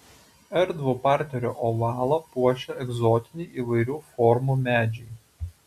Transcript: erdvų parterio ovalą puošia egzotiniai įvairių formų medžiai